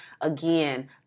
again